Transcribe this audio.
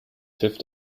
hilft